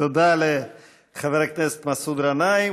תודה לחבר הכנסת מסעוד גנאים.